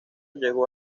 llegó